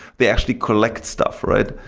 they actually collect stuff, right?